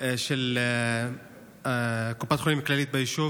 של קופת חולים כללית ביישוב.